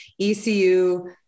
ecu